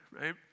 right